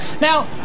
Now